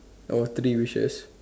all three wishes